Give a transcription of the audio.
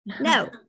No